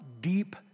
deep